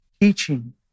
teaching